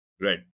Right